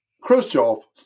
Khrushchev